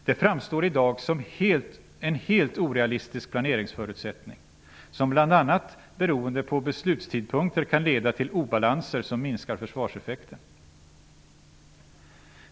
Det framstår i dag som en helt orealistisk planeringsförutsättning som bl.a. beroende på beslutstidpunkter kan leda till obalanser som minskar försvarseffekten.